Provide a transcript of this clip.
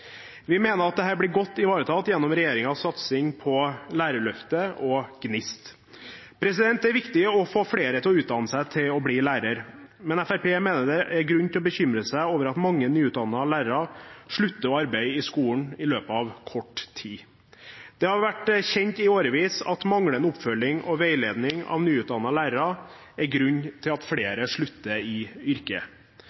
Vi mener at dette blir godt ivaretatt gjennom regjeringens satsing på Lærerløftet og GNIST. Det er viktig å få flere til å utdanne seg til å bli lærer, men Fremskrittspartiet mener det er grunn til å bekymre seg over at mange nyutdannede lærere slutter å arbeide i skolen i løpet av kort tid. Det har vært kjent i årevis at manglende oppfølging og veiledning av nyutdannede lærere er grunnen til at flere slutter i yrket.